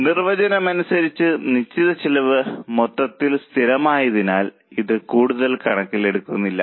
നിർവചനം അനുസരിച്ച് നിശ്ചിത ചെലവ് മൊത്തത്തിൽ സ്ഥിരമായതിനാൽ ഇത് കൂടുതൽ കണക്കിലെടുക്കുന്നില്ല